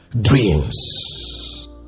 dreams